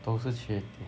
都是缺点啦